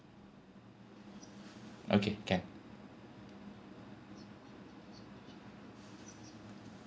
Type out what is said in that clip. okay can